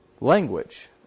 language